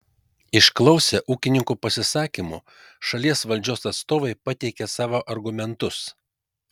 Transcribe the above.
išklausę ūkininkų pasisakymų šalies valdžios atstovai pateikė savo argumentus